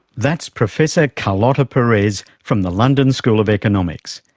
that's professor carlota perez from the london school of economics.